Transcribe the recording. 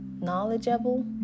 knowledgeable